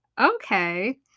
okay